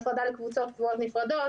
הפרדה לקבוצות קבועות נפרדות,